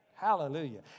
Hallelujah